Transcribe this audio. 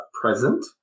present